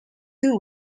two